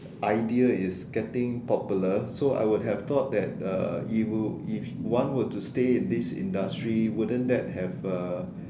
idea is getting popular so I would have thought that uh it will if one were to stay in this industry wouldn't that have uh